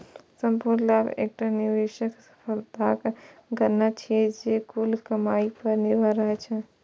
संपूर्ण लाभ एकटा निवेशक सफलताक गणना छियै, जे कुल कमाइ पर निर्भर रहै छै